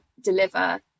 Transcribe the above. deliver